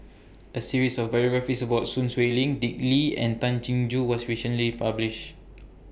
A series of biographies about Sun Xueling Dick Lee and Tay Chin Joo was recently published